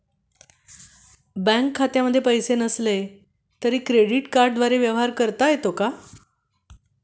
Bank खात्यामध्ये पैसे नसले तरी क्रेडिट कार्डद्वारे व्यवहार करता येतो का?